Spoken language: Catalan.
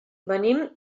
venim